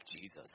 Jesus